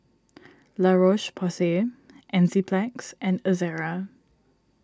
La Roche Porsay Enzyplex and Ezerra